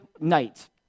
night